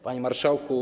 Panie Marszałku!